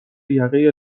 یقه